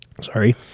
Sorry